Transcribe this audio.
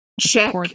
check